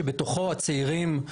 שבתוכו הצעירים,